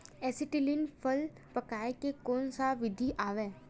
Acetylene फल पकाय के कोन सा विधि आवे?